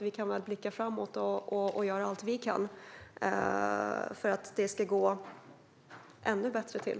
Vi kan väl blicka framåt och göra allt vi kan för att det ska gå till på ett ännu bättre sätt.